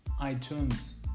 iTunes